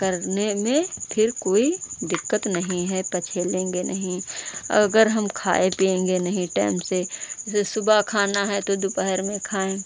तब में में फ़िर कोई दिक्कत नहीं है पछेलेंगे नहीं और अगर हम खाए पिएंगे नहीं टाएम से जैसे सुबह खाना है तो दोपहर में खाएं